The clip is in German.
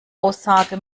aussage